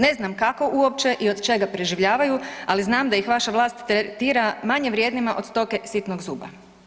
Ne znam kako uopće i od čega preživljavaju, ali znam da ih vaša vlast tretira manje vrijednima od stoke sitnog zuba.